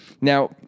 now